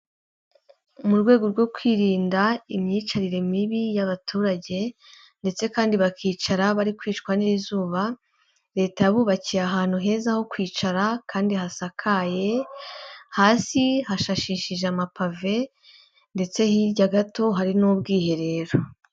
Mu rwego rwo kwirinda imyicarire mibi y'abaturage, ndetse kandi bakicara bari kwicwa n'izuba. Leta yabubakiye ahantu heza ho kwicara kandi hasakaye, hasi hashashishije amapave ndetse hirya gato hari n'ubwiherero.